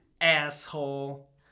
asshole